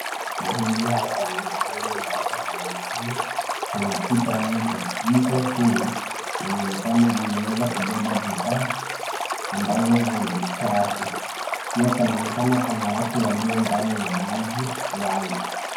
Mahali hapa ni mahali ambapo panaonekana panapita mto. Mto huu unaonekana umeweza kubeba bidhaa ambazo zina uchafu. Pia panaonekana pana watu walio ndani ya maji yale.